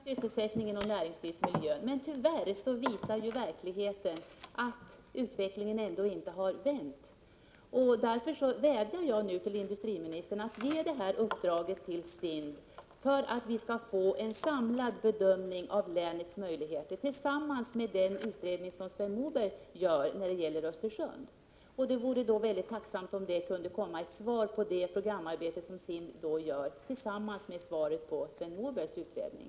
Herr talman! Vi är mycket tacksamma i Jämtlands län för all den hjälp och allt det stöd vi har fått för att förbättra sysselsättningen och näringslivet, men tyvärr visar verkligheten att utvecklingen inte har vänt. Därför vädjar jag nu till industriministern att ge detta uppdrag till SIND för att vi skall få en samlad bedömning av länets möjligheter — tillsammans med den utredning som Sven Moberg gör när det gäller Östersund. Det vore tacknämligt om det kunde komma ett svar på det programarbete som SIND då gör, samtidigt med svaret på Sven Mobergs utredning.